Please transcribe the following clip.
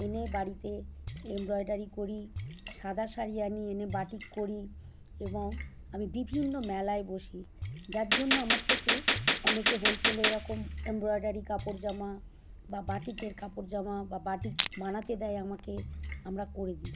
এনে বাড়িতে এমব্রয়ডারি করি সাদা শাড়ি আনি এনে বাটিক করি এবং আমি বিভিন্ন মেলায় বসি যার জন্য আমার থেকে অনেকে হোলসেলে এরকম এমব্রয়ডারি কাপড় জামা বা বাটিকের কাপড় জামা বা বাটিক বানাতে দেয় আমাকে আমরা করে দিই